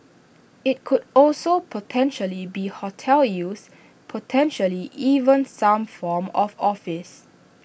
IT could also potentially be hotel use potentially even some form of office